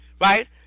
right